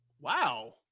Wow